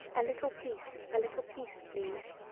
a little piece a little piece please.